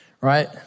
right